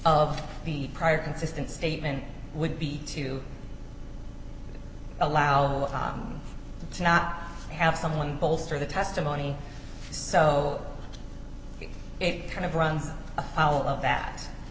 of the prior consistent statement would be to allow to not have someone bolster the testimony so it kind of runs afoul of that